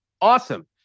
Awesome